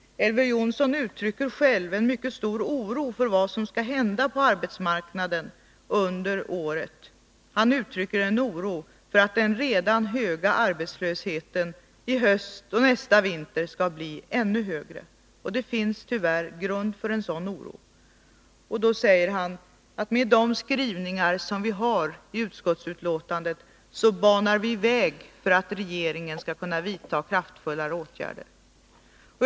Elver Jonsson uttrycker själv en mycket stor oro för vad som skall hända på arbetsmarknaden under året. Han uttrycker en oro för att den redan nu höga arbetslösheten i höst och nästa vinter skall bli ännu högre. Det finns tyvärr grund för en sådan oro. Samtidigt säger Elver Jonsson att man med de skrivningar som gjorts i utskottsbetänkandet banar väg för att regeringen skall kunna vidta kraftfullare åtgärder.